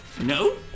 No